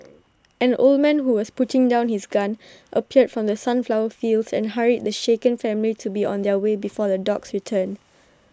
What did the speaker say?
an old man who was putting down his gun appeared from the sunflower fields and hurried the shaken family to be on their way before the dogs return